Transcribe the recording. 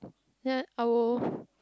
ya I will